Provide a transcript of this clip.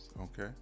Okay